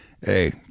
hey